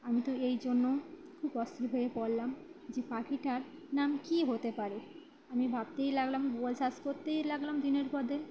আমি তো এই জন্য খুব অস্থির হয়ে পড়লাম যে পাখিটার নাম কী হতে পারে আমি ভাবতেই লাগলাম গুগল সার্চ করতেই লাগলাম দিনের পর দিন